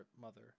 Mother